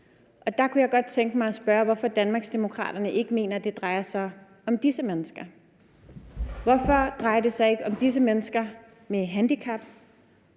Der kunne jeg godt tænke mig at spørge, hvorfor Danmarksdemokraterne ikke mener, at det drejer sig om disse mennesker. Hvorfor drejer det sig ikke om disse mennesker med handicap?